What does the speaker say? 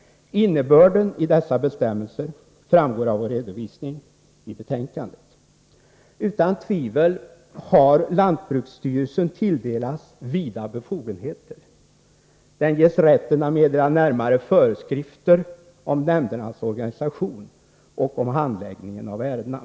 Innebörden i dessa bestämmelser framgår av en redovisning i betänkandet. Utan tvivel har lantbruksstyrelsen tilldelats vida befogenheter. Den ges rätten att meddela närmare föreskrifter om nämndernas organisation och om handläggningen av ärendena.